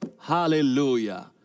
Hallelujah